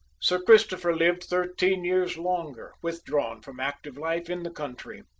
sir christopher lived thirteen years longer, withdrawn from active life in the country.